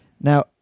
Now